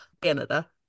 canada